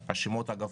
השמות, אגב.